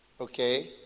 okay